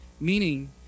Meaning